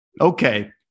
Okay